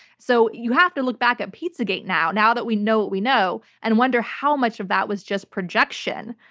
so, you have to look back at pizzagate now, now that we know what we know, and wonder how much of that was just projection.